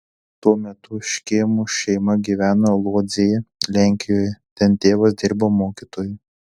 tuo metu škėmų šeima gyveno lodzėje lenkijoje ten tėvas dirbo mokytoju